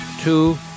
two